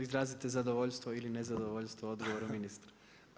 Izrazite zadovoljstvo ili nezadovoljstvo odgovorom ministra.